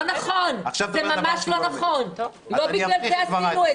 לא נכון, זה ממש לא נכון, לא בגלל זה עשינו את זה.